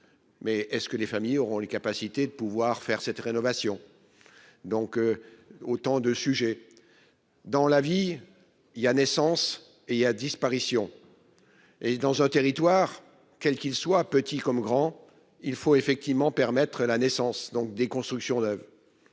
Mais est-ce que les familles auront les capacités de pouvoir faire cette rénovation. Donc. Autant de sujets. Dans la vie il y a naissance et il y a disparition. Et dans un territoire, quel qu'ils soient petits comme grands, il faut effectivement permettre la naissance donc des constructions neuves.